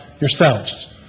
yourselves